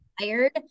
tired